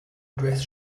dress